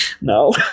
no